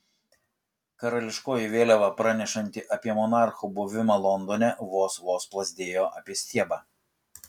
karališkoji vėliava pranešanti apie monarcho buvimą londone vos vos plazdėjo apie stiebą